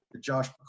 Josh